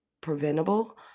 preventable